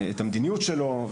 המדיניות שלו.